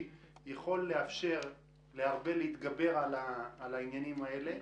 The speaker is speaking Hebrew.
יכולים לאפשר להרבה להתגבר על העניינים האלה,